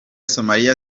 somalia